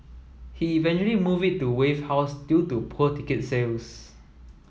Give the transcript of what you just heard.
he eventually moved it to Wave House due to poor ticket sales